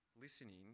listening